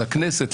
לכנסת,